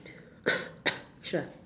sure